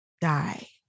die